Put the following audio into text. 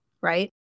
right